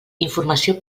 informació